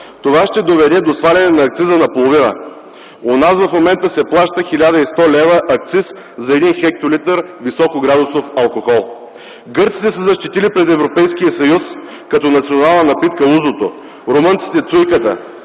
това ще доведе до сваляне наполовина на акциза. В момента у нас се плаща 1100 лв. акциз за 1 хектолитър високоградусов алкохол. Гърците са защитили пред Европейския съюз като национална напитка узото, румънците цуйката